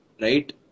right